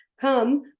come